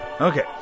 Okay